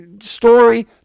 story